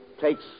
Takes